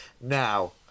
Now